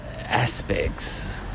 aspects